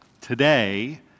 today